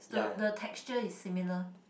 so the texture is similar